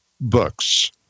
books